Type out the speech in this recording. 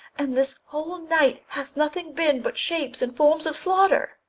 and this whole night hath nothing been but shapes and forms of slaughter.